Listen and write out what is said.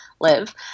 live